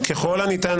ככל הניתן,